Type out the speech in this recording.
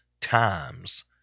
times